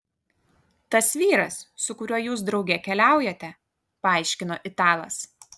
tas vyras su kuriuo jūs drauge keliaujate paaiškino italas